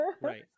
right